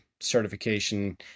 certification